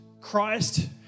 Christ